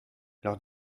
lors